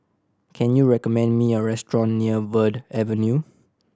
can you recommend me a restaurant near Verde Avenue